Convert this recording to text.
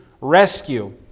rescue